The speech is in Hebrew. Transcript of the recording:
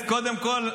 קודם כול,